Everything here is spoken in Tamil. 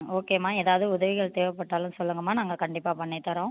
ஓகேம்மா ஏதாவது உதவிகள் தேவைப்பட்டாலும் சொல்லுங்கம்மா நாங்கள் கண்டிப்பாக பண்ணித் தரோம்